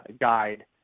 guide